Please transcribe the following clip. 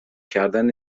کردن